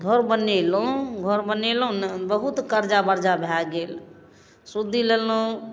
घर बनेलहुँ घर बनेलहुँ ने बहुत कर्जा वर्जा भए गेल सूदि लेलहुँ